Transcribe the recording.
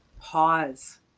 pause